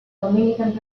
dominican